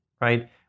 right